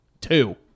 two